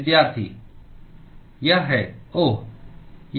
विद्यार्थी यह है ओह